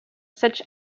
such